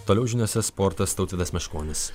toliau žiniose sportas tautvydas meškonis